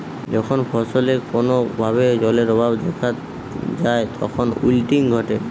যখন ফসলে কোনো ভাবে জলের অভাব দেখাত যায় তখন উইল্টিং ঘটে